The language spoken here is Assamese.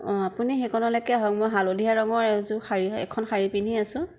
অঁ আপুনি সেইকণলৈকে আহক মই হালধীয়া ৰঙৰ এযোৰ শাৰী এখন শাৰী পিন্ধি আছো